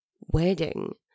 wedding